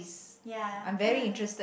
ya ya